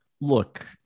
look